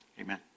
Amen